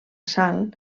sal